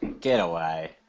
Getaway